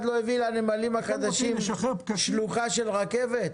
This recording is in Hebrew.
לא הביא לנמלים החדשים שלוחה של רכבת.